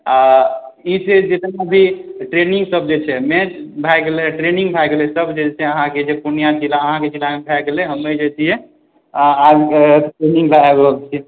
आ ई छै जे ट्रेनिंग सब जे छै मैच भय गेलै ट्रेनिंग भय गेलै सब जे छै अहाँ के पुर्णियाॅं जिला अहाँ के प्रान्त भय गेलै हम्मे जे छियै ट्रेनिंग दय रहल छियै